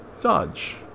Dodge